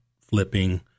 flipping